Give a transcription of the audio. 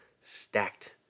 stacked